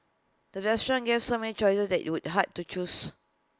the restaurant gave so many choices that IT was hard to choose